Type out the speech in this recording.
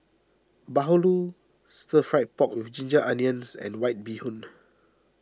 Bahulu Stir Fried Pork with Ginger Onions and White Bee Hoon